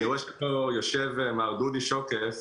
אני רואה שיושב פה מר דודי שוקף.